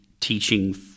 teaching